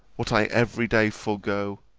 what i every day forego,